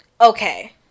Okay